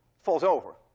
falls over.